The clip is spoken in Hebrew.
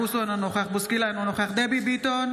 אינו נוכח גדי איזנקוט,